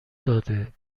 داده